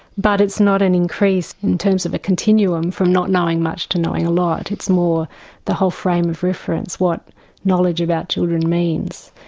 but it's not an increased, in terms of the continuum from not knowing much to knowing a lot, it's more the whole frame of reference, what knowledge about children means,